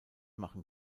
machen